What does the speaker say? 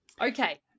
Okay